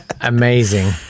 Amazing